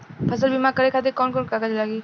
फसल बीमा करे खातिर कवन कवन कागज लागी?